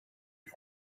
you